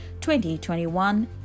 2021